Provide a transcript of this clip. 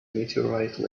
meteorite